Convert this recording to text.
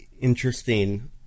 interesting